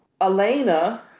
Elena